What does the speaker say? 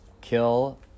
kill